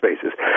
spaces